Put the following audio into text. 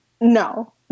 No